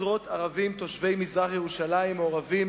עשרות ערבים תושבי מזרח-ירושלים מעורבים